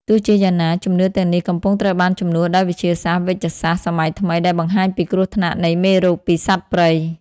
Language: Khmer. ទោះជាយ៉ាងណា ជំនឿទាំងនេះកំពុងត្រូវបានជំនួសដោយវិទ្យាសាស្ត្រវេជ្ជសាស្ត្រសម័យថ្មីដែលបង្ហាញពីគ្រោះថ្នាក់នៃមេរោគពីសត្វព្រៃ។